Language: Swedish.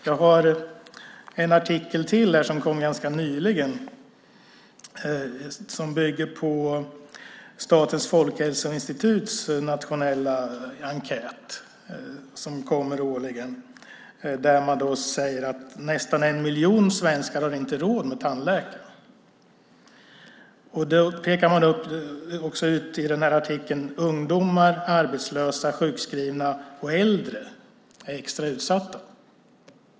Jag har en artikel till här som kom ganska nyligen och som bygger på Statens folkhälsoinstituts nationella enkät som kommer årligen. Där säger man att nästan en miljon svenskar inte har råd att gå till tandläkaren. Man pekar i artikeln ut ungdomar, arbetslösa, sjukskrivna och äldre som extra utsatta.